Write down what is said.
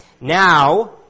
Now